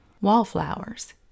Wallflowers